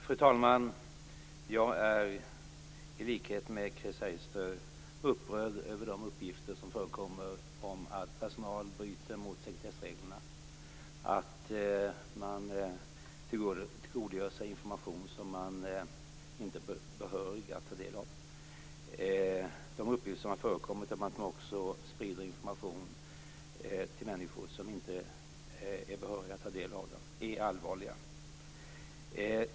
Fru talman! Jag är i likhet med Chris Heister upprörd över de uppgifter som förekommer om att personal bryter mot sekretessreglerna, att man tillgodogör sig information som man inte är behörig att ta del av. De uppgifter som har förekommit om att man också sprider information till människor som inte är behöriga att ta del av dem är allvarliga.